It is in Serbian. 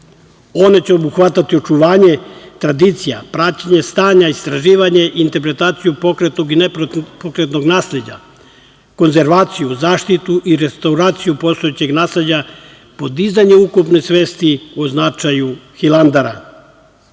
Oni će obuhvatiti očuvanje tradicije, pratnje stanja i istraživanje, interpretaciju pokretnog i nepokretnog nasleđa, konzervaciju, zaštitu i restauraciju postojećeg nasleđa, podizanje ukupne svesti o značaju Hilandara. Ono